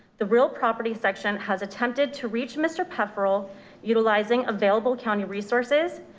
the real property section has attempted to reach mr. pefferle utilizing available county resources,